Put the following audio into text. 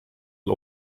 tal